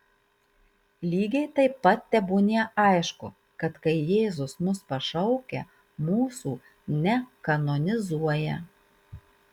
lygiai taip pat tebūnie aišku kad kai jėzus mus pašaukia mūsų nekanonizuoja